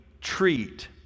treat